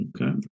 Okay